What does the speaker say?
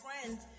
friends